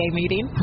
meeting